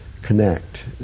Connect